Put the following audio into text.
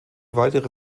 weitere